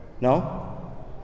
No